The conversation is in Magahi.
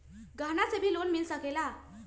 गहना से भी लोने मिल सकेला?